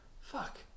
fuck